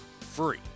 free